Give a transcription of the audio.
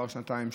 עברו שנתיים,